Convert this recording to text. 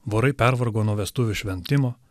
vorai pervargo nuo vestuvių šventimo